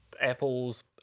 Apple's